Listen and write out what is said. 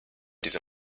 diese